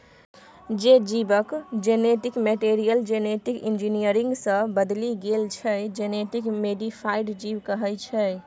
जे जीबक genetic material genetic engineering सँ बदलि गेल छै जेनेटिक मोडीफाइड जीब कहाइ छै